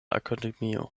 akademio